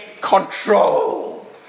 control